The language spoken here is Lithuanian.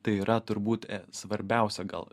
tai yra turbūt svarbiausia gal